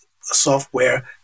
software